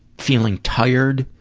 feeling tired,